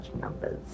numbers